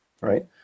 right